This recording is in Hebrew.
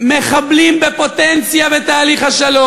אתם נמצאים במקום,